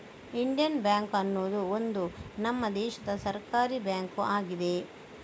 Indian bank ಅನ್ನುದು ಒಂದು ನಮ್ಮ ದೇಶದ ಸರ್ಕಾರೀ ಬ್ಯಾಂಕು ಆಗಿದೆ